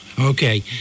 Okay